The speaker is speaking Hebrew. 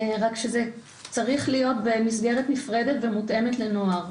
זה צריך להיות במסגרת נפרדת ומותאמת לנוער,